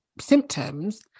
symptoms